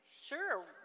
Sure